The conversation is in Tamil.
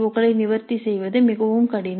க்களை நிவர்த்தி செய்வது மிகவும் கடினம்